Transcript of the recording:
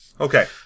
Okay